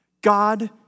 God